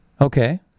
Okay